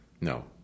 no